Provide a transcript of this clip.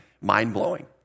mind-blowing